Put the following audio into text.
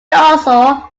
also